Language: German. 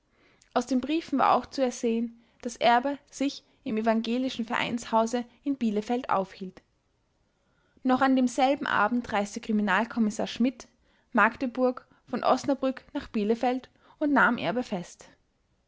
aus den briefen war auch zu ersehen daß erbe sich im evangelischen vereinshause in bielefeld aufhielt noch an demselben abend reiste kriminalkommissar schmidt magdeburg von osnabrück nach bielefeld und nahm erbe fest